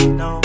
no